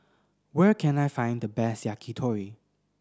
where can I find the best Yakitori